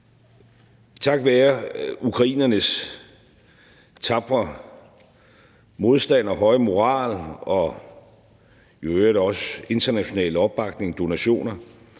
Takket være ukrainernes tapre modstand og høje moral og i øvrigt også den internationale opbakning, altså donationer,